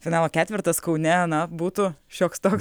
finalo ketvertas kaune na būtų šioks toks